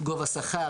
גובה שכר,